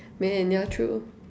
man yeah true